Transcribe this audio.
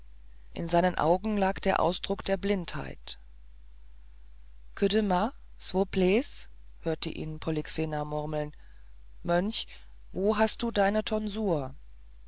in seinen augen lag der ausdruck der blindheit kde ma svou ples hörte ihn polyxena murmeln mönch wo hast du deine tonsur